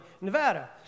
Nevada